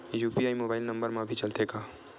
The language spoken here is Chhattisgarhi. यू.पी.आई मोबाइल नंबर मा भी चलते हे का?